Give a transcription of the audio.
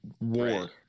war